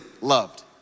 loved